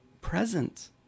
present